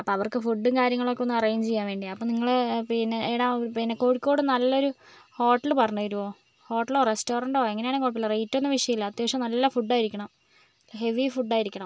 അപ്പം അവർക്ക് ഫുഡും കാര്യങ്ങളൊക്കെ ഒന്ന് അറേഞ്ച് ചെയ്യാൻ വേണ്ടിയാണ് അപ്പം നിങ്ങൾ പിന്നെ എടാ കോഴിക്കോട് നല്ലൊരു ഹോട്ടല് പറഞ്ഞുതരുമോ ഹോട്ടലോ റെസ്റ്റോറന്റോ എങ്ങനെയാണേലും കുഴപ്പമില്ല റേറ്റൊന്നും വിഷയമല്ല അത്യാവശ്യം നല്ല ഫുഡായിരിക്കണം ഹെവീ ഫുഡായിരിക്കണം